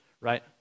right